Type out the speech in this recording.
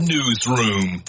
Newsroom